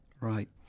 Right